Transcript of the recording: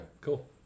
cool